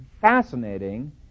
fascinating